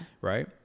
Right